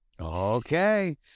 Okay